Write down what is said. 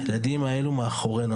הילדים האלו מאחורינו.